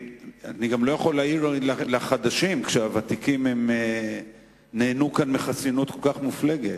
אני גם לא יכול להעיר לחדשים כשהוותיקים נהנו כאן מחסינות כל כך מופלגת.